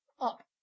Up